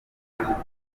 yabonywe